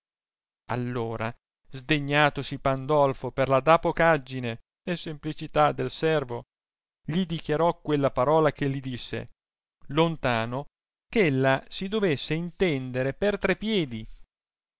all'ora sdegnatosi pandolfo per la dapocaggine e semplicità del servo gli dichiarò quella parola che li disse lontano ch'ella si dovesse intendere per tre piedi